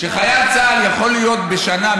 שחייל צה"ל יכול להיות בשנה,